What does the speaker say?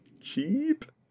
Cheap